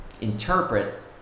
interpret